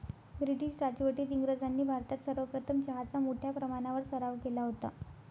British राजवटीत इंग्रजांनी भारतात सर्वप्रथम चहाचा मोठ्या प्रमाणावर सराव केला होता